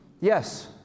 Yes